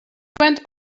went